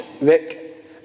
Rick